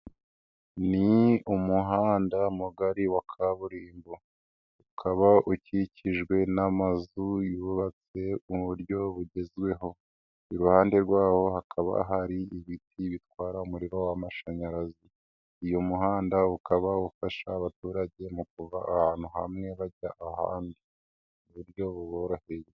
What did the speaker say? Ni umuhanda mugari wa kaburimbo, ukaba ukikijwe n'amazu yubatse buryo bugezweho, iruhande rwawo hakaba hari ibiti bitwara umuriro w'amashanyarazi, uyu muhanda ukaba ufasha abaturage mu kuva ahantu hamwe bajya ahandi buryo buboroheye.